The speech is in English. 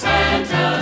Santa